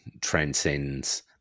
transcends